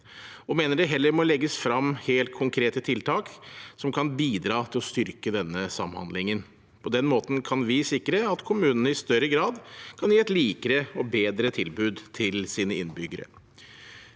vi mener det heller må legges frem helt konkrete tiltak som kan bidra til å styrke denne samhandlingen. På den måten kan vi sikre at kommunene i større grad kan gi et likere og bedre tilbud til sine innbyggere.